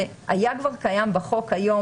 זה היה כבר קיים בחוק היום.